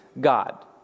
God